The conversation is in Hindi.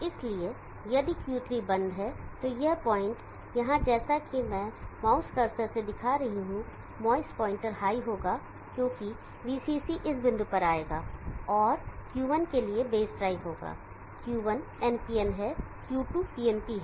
इसलिए यदि Q3 बंद है तो यह पॉइंट यहां जैसा कि मैं माउस कर्सर दिखा रहा हूं माउस पॉइंटर हाई होगा क्योंकि VCC इस बिंदु पर आएगा और Q1 के लिए बेस ड्राइव होगा Q1 NPN है Q2 PNP है